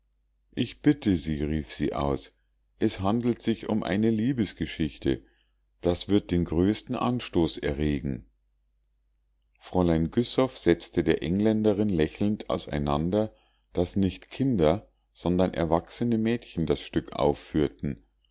ich bitte sie rief sie aus es handelt sich um eine liebesgeschichte das wird den größten anstoß erregen fräulein güssow setzte der engländerin lächelnd auseinander daß nicht kinder sondern erwachsene mädchen das stück aufführten